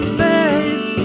face